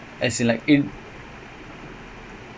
அதுனால:athunaala not so many high scoring games